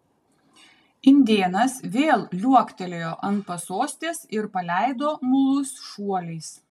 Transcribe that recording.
indėnas vėl liuoktelėjo ant pasostės ir paleido mulus šuoliais